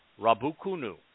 Rabukunu